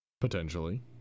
Potentially